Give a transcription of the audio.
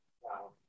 Wow